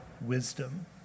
wisdom